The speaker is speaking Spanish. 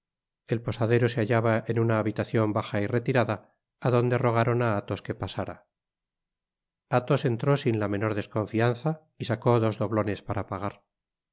el posadero se hallaba en una habitacion baja y retirada á donde rogaron á athos que pasára athos entró sin la menor desconfianza y sacó dos doblones para pagar